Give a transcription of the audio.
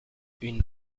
une